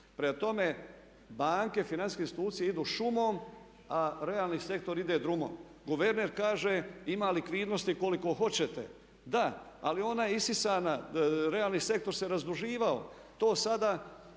Prema tome, banke, financijske institucije idu šumom a realni sektor ide drumom. Guverner kaže ima likvidnosti koliko hoćete. Da, ali ona je isisana, realni sektor se razduživao. To sada